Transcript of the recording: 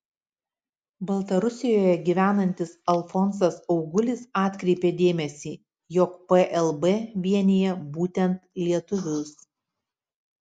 baltarusijoje gyvenantis alfonsas augulis atkreipė dėmesį jog plb vienija būtent lietuvius